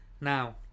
Now